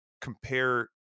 compare